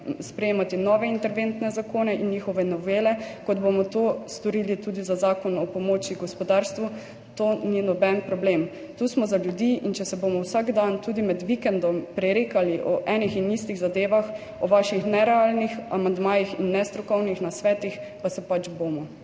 sprejemati nove interventne zakone in njihove novele, kot bomo to storili tudi za zakon o pomoči gospodarstvu, to ni noben problem. Tu smo za ljudi. In če se bomo vsak dan, tudi med vikendom prerekali o enih in istih zadevah, o vaših nerealnih amandmajih in nestrokovnih nasvetih, se pač bomo.